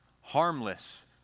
harmless